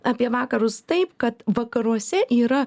apie vakarus taip kad vakaruose yra